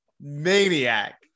Maniac